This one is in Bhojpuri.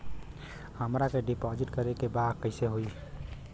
हमरा के डिपाजिट करे के बा कईसे होई?